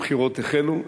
הבחירות החלו,